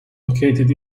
located